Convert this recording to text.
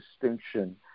distinction